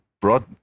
brought